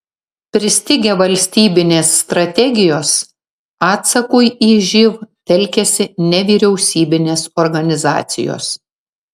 pristigę valstybinės strategijos atsakui į živ telkiasi nevyriausybinės organizacijos